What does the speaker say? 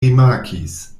rimarkis